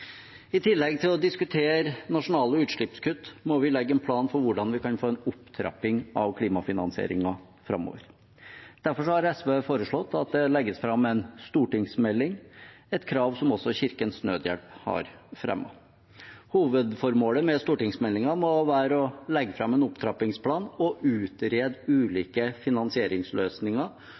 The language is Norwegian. I tillegg til å diskutere nasjonale utslippskutt må vi legge en plan for hvordan vi kan få en opptrapping av klimafinansieringen framover. Derfor har SV foreslått at det legges fram en stortingsmelding, et krav som også Kirkens Nødhjelp har fremmet. Hovedformålet med stortingsmeldingen må være å legge fram en opptrappingsplan og utrede ulike finansieringsløsninger